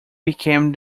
became